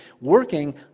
working